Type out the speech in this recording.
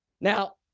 Now